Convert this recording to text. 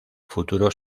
futuro